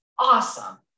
Awesome